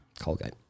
Colgate